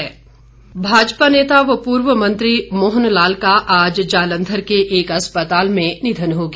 निधन भाजपा नेता व पूर्व मंत्री मोहन लाल का आज जालंधर के एक अस्पताल में निधन हो गया